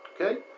Okay